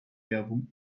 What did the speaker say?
werbung